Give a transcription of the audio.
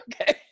Okay